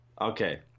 Okay